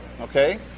okay